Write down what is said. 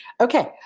Okay